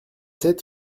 sept